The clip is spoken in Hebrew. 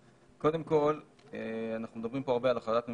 קודם כול, אנחנו מדברים פה הרבה על החלטת ממשלה,